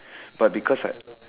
but because right